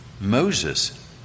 Moses